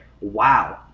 wow